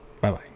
Bye-bye